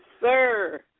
sir